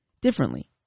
differently